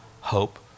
hope